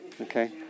Okay